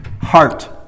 Heart